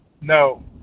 No